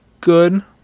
good